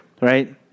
Right